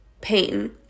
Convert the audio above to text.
pain